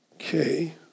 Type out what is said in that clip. okay